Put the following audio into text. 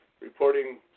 reporting